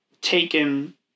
taken